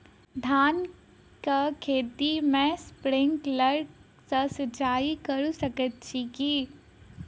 धानक खेत मे स्प्रिंकलर सँ सिंचाईं कऽ सकैत छी की?